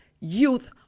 youth